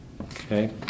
okay